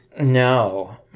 no